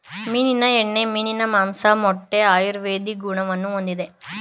ಮೀನಿನ ಎಣ್ಣೆ, ಮೀನಿನ ಮಾಂಸ, ಮೊಟ್ಟೆ ಆಯುರ್ವೇದಿಕ್ ಗುಣವನ್ನು ಹೊಂದಿದೆ